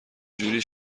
جوری